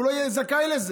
הוא לא יהיה זכאי לזה.